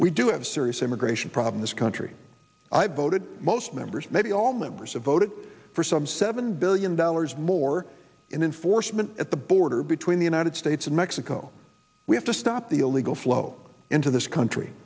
we do have serious immigration problem this country i have voted most members maybe all members of voted for some seven billion dollars more in enforcement at the border between the united states and mexico we have to stop the illegal flow into this country